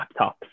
laptops